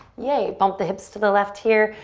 yay, bump the hips to the left here.